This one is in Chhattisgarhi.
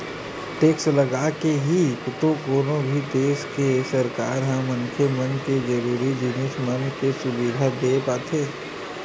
टेक्स लगाके ही तो कोनो भी देस के सरकार ह मनखे मन के जरुरी जिनिस मन के सुबिधा देय पाथे